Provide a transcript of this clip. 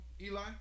Eli